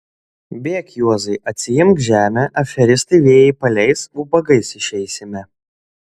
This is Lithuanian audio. bėk juozai atsiimk žemę aferistai vėjais paleis ubagais išeisime